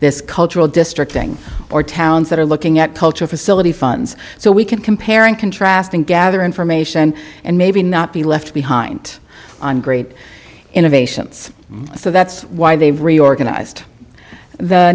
this cultural district thing or towns that are looking at culture facility funds so we can compare and contrast and gather information and maybe not be left behind on great innovations so that's why they've reorganized the